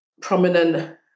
prominent